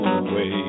away